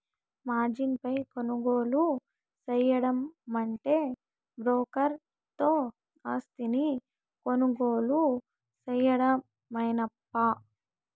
margin పై కొనుగోలు సేయడమంటే బ్రోకర్ తో ఆస్తిని కొనుగోలు సేయడమేనప్పా